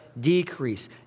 decrease